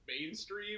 mainstream